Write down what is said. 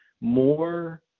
more